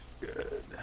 Good